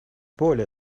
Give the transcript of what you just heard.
более